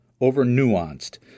over-nuanced